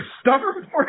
Stubborn